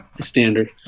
standard